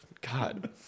god